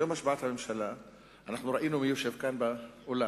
ביום השבעת הממשלה ראינו מי ישב כאן באולם,